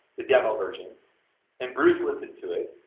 the demo version and bruce listened to it